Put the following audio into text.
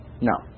No